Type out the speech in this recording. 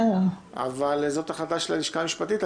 אבל זו החלטה של הלשכה המשפטית.